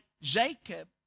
Jacob